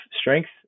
strength